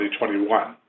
2021